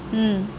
mm